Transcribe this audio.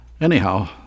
Anyhow